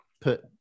put